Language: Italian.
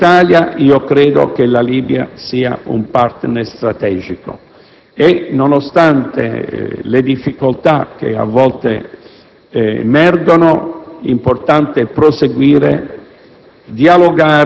Per l'Italia credo che la Libia sia un *partner* strategico e che, nonostante le difficoltà che a volte emergono, sia importante proseguire